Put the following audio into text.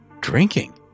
drinking